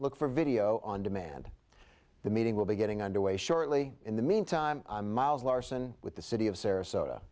look for video on demand the meeting will be getting underway shortly in the meantime miles larson with the city of sarasota